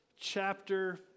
chapter